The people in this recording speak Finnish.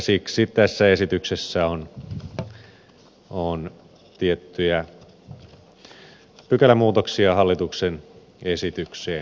siksi tässä esityksessä on tiettyjä pykälämuutoksia hallituksen esitykseen verrattuna